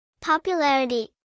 Popularity